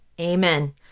Amen